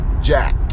Jack